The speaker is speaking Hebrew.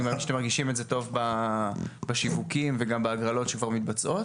אני מניח שאתם מרגישים את זה טוב בשיווקים וגם בהגרלות שכבר מתבצעות,